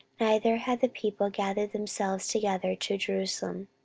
neither had the people gathered themselves together to jerusalem.